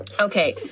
Okay